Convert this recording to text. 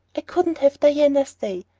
i couldn't have diana stay,